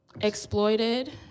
exploited